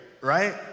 right